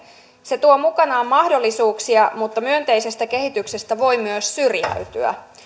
se tuo mukanaan mahdollisuuksia mutta myönteisestä kehityksestä voi myös syrjäytyä